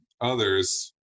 others